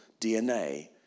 DNA